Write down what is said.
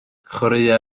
chwaraea